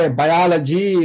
biology